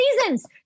seasons